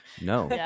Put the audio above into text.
No